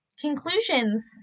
conclusions